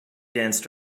danced